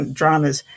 dramas